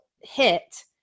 hit